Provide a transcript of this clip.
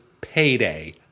payday